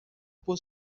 por